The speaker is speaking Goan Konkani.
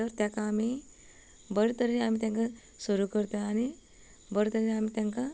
तर ताका आमी बरें तरेन आमी तांकां सुरू करता आनी बरें तरेन आमी तांकां